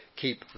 keep